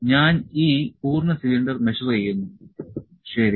ഞാൻ ഈ പൂർണ്ണ സിലിണ്ടർ മെഷർ ചെയ്യുന്നു ശരി